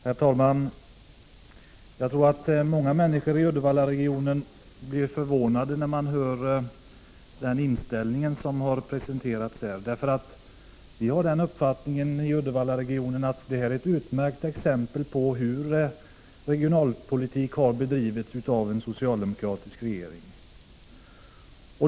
Herr talman! Jag tror att många människor i Uddevallaregionen blir förvånade när de får höra talas om den inställning som här presenterats. Vi har i Uddevallaregionen den uppfattningen att det som där har förekommit är ett utmärkt exempel på hur regionalpolitik har bedrivits av en socialdemokratisk regering.